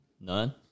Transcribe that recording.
None